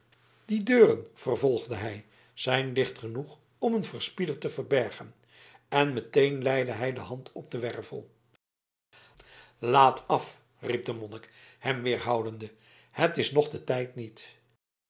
die deuren vervolgde hij zijn dicht genoeg om een verspieder te verbergen en meteen leide hij de hand op den wervel laat af riep de monnik hem weerhoudende het is nog de tijd niet